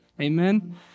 Amen